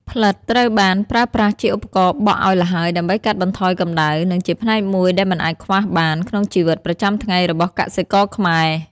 ផ្លិតត្រូវបានប្រើប្រាស់ជាឧបករណ៍បក់ឱ្យល្ហើយដើម្បីកាត់បន្ថយកម្ដៅ និងជាផ្នែកមួយដែលមិនអាចខ្វះបានក្នុងជីវិតប្រចាំថ្ងៃរបស់កសិករខ្មែរ។